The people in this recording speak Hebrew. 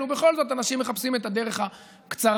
ובכל זאת אנשים מחפשים את הדרך הקצרה,